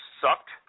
sucked